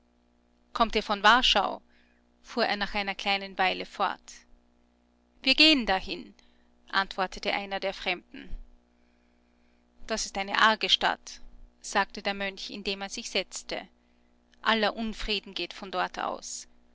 kommt ihr von warschau fuhr er nach einer kleinen weile fort wir gehen dahin antwortete einer der fremden das ist eine arge stadt sagte der mönch indem er sich setzte aller unfrieden geht von dort aus